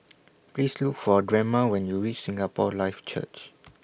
Please Look For Drema when YOU REACH Singapore Life Church